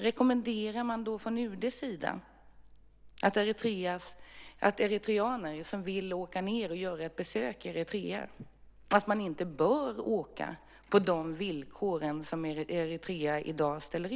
Rekommenderar man från UD:s sida att eritreaner som vill göra ett besök i Eritrea inte bör åka på de villkor som Eritrea i dag ställer?